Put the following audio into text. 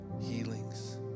healings